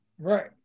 right